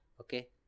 Okay